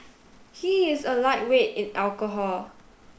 he is a lightweight in alcohol